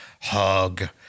hug